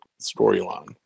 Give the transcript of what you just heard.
storyline